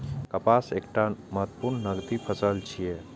कपास एकटा महत्वपूर्ण नकदी फसल छियै